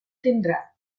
tindrà